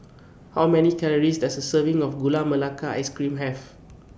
How Many Calories Does A Serving of Gula Melaka Ice Cream Have